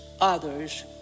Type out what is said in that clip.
others